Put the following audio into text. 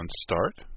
Start